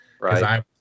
Right